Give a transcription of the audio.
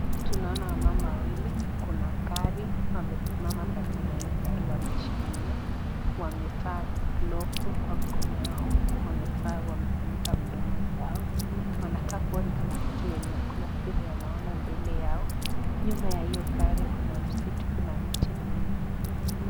Tunaona wamama wawili, kuna gari, wamesimama karibu na hiyo gari wameshikilia, wamevaa glavu kwa mikono yao, wamevaa wamefunika midomo zao, wanakaa kuwa ni kama kitu yenye kuna kitu wanaona mbele yao, nyuma ya hiyo gari kuna msitu, kuna miti mingi.